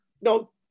no